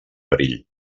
perill